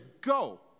Go